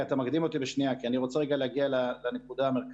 אתה מקדים אותי בשנייה כי אני רוצה רגע להגיע לנקודה המרכזית.